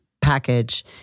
package